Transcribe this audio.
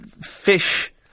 fish